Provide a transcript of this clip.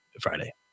Friday